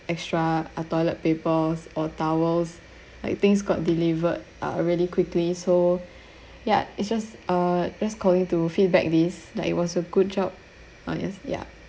extra uh toilet papers or towels like things got delivered are really quickly so ya it's just uh just calling to feedback this that it was a good job ah yes ya